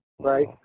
Right